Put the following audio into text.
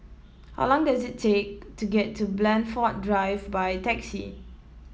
how long does it take to get to Blandford Drive by taxi